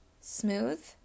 smooth